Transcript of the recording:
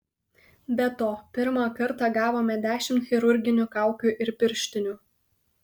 be to pirmą kartą gavome dešimt chirurginių kaukių ir pirštinių